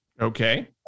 Okay